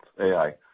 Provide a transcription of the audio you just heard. AI